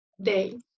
day